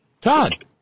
Todd